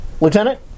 Lieutenant